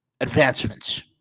advancements